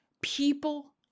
People